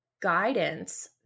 guidance